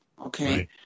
Okay